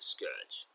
Scourge